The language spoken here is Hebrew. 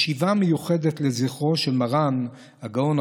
ישיבה מיוחדת לזכרו של מרן הגאון,